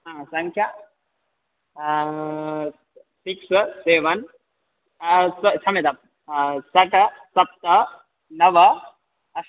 सङ्ख्या six seven स क्षम्यतां षट् सप्त नव अष्ट